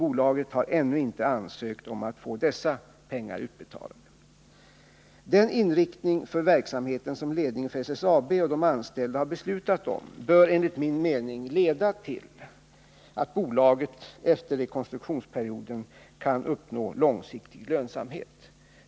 Bolaget har ännu inte ansökt om att få dessa pengar utbetalade. Deniinriktning för verksamheten som ledningen för SSAB och de anställda har beslutat om bör enligt min mening leda till att bolaget efter rekonstruktionsperioden kan uppnå långsiktig lönsamhet.